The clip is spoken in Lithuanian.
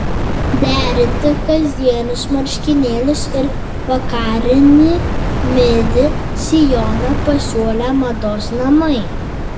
derinti kasdienius marškinėlius ir vakarinį midi sijoną pasiūlė mados namai